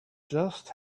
just